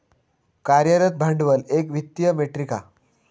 कार्यरत भांडवल एक वित्तीय मेट्रीक हा